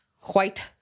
white